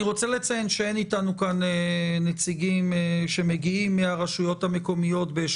שאין איתנו כאן נציגים שמגיעים מהרשויות המקומיות ששייכות